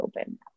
open